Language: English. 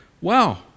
Wow